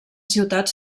ciutat